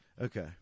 Okay